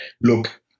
look